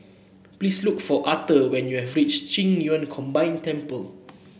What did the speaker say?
please look for Authur when you have reach Qing Yun Combine Temple